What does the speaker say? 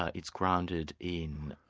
ah it's grounded in